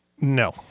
No